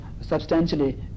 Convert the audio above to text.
substantially